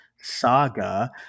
saga